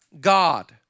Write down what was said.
God